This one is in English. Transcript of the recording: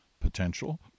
potential